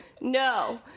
No